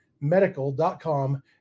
medical.com